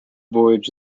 voyage